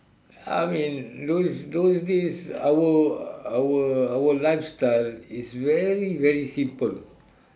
I mean those those days our our our lifestyle is very very simple